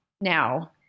now